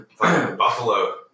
Buffalo